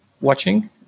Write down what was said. watching